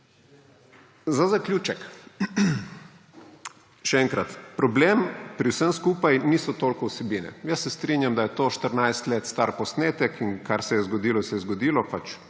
Za zaključek. Še enkrat, problem pri vsem skupaj niso toliko vsebine. Jaz se strinjam, da je to 14 let star posnetek in kar se je zgodilo, se je zgodilo; pač